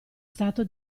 stato